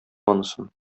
анысын